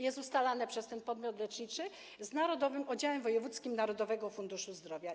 Jest ustalane przez ten podmiot leczniczy z oddziałem wojewódzkim Narodowego Funduszu Zdrowia.